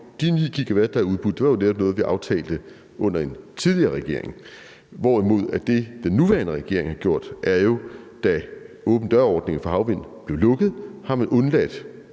De 9 GW, der er udbudt, var jo netop noget, vi aftalte under en tidligere regering, hvorimod det, som den nuværende regering har gjort, jo er, at man, da åben dør-ordningen for havvindmøller blev lukket, undlod